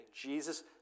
Jesus